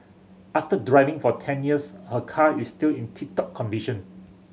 after driving for ten years her car is still in tip top condition